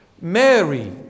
Mary